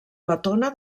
letona